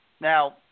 Now